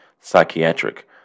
psychiatric